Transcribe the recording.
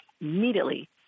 immediately